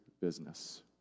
business